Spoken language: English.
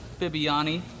Bibiani